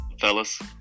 Fellas